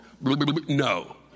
No